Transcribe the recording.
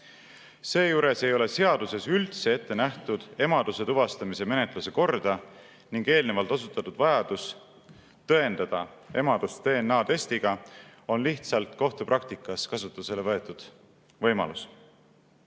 Seejuures ei ole seaduses üldse ette nähtud emaduse tuvastamise menetluse korda ning eelnevalt osutatud vajadus tõendada emadust DNA-testiga on lihtsalt kohtupraktikas kasutusele võetud võimalus.